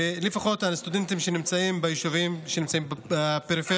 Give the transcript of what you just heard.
לפחות הסטודנטים שנמצאים ביישובים בפריפריה.